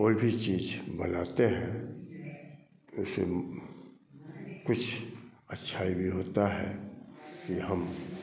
कोई भी चीज़ बनाते हैं जैसे कुछ अच्छाई भी होती है कि हम